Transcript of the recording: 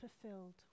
fulfilled